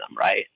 right